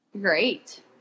Great